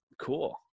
Cool